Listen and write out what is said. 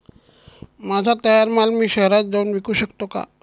माझा तयार माल मी शहरात जाऊन विकू शकतो का?